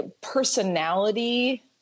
personality